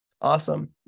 awesome